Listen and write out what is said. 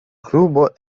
klubo